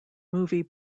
movie